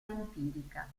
empirica